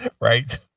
Right